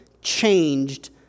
changed